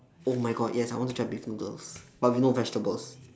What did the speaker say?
oh my god yes I want to try beef noodles but with no vegetables